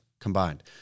combined